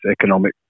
economic